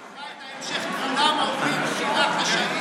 תקרא את ההמשך, כולם, קורא.